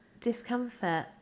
discomfort